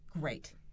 great